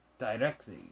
Directly